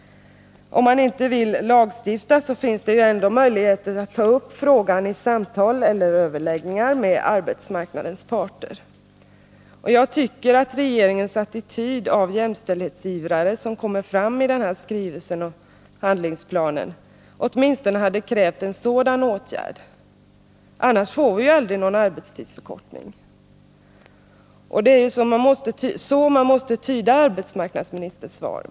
Om man inte vill lagstifta finns det ändå möjligheter att ta upp frågan i samtal eller överläggningar med arbetsmarknadens parter. Jag tycker att regeringens attityd av jämställdhetsivrare, som kommer fram i skrivelsen om handlingsplanen, hade krävt åtminstone en sådan åtgärd. Annars får vi aldrig någon arbetstidsförkortning. Det är på detta sätt man måste tyda arbetsmarknadsministerns svar.